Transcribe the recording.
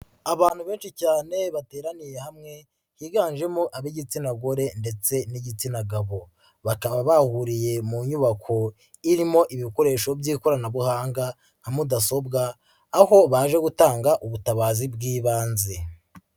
Abantu benshi cyane bateraniye hamwe higanjemo ab'igitsina gore ndetse n'igitsina gabo, bakaba bahuriye mu nyubako irimo ibikoresho by'ikoranabuhanga nka mudasobwa, aho baje gutanga ubutabazi bw'ibanze.